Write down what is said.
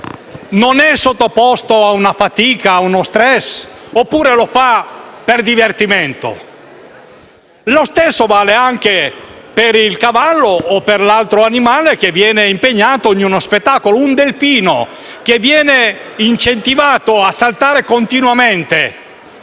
sono sottoposti a fatica e a stress? Oppure lo fanno per divertimento? Lo stesso vale per il cavallo o altro animale che viene impegnato in un spettacolo. Un delfino che viene incentivato a saltare continuamente,